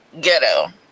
ghetto